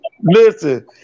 listen